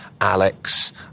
Alex